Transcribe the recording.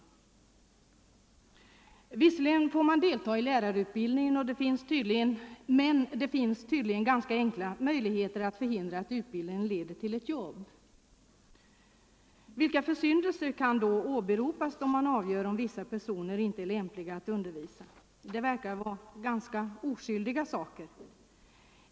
Men trots att elever med vänstersympatier får delta i lärarutbildningen, finns det tydligen ganska enkla möjligheter att förhindra att utbildningen leder till ett jobb. Vilka försyndelser kan då åberopas då man avgör om vissa personer inte är lämpliga att undervisa? Det verkar vara ganska oskyldiga saker.